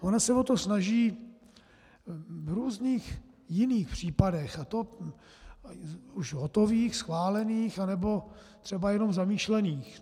Ona se o to snaží v různých jiných případech, a to už hotových, schválených, anebo třeba jenom zamýšlených.